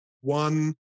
one